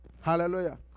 Hallelujah